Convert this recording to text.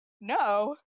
no